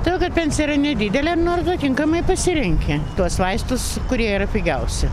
todėl kad pensija yra nedidelė nu ir atatinkamai pasirenki tuos vaistus kurie yra pigiausi